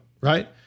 right